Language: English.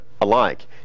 alike